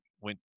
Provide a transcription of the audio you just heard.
went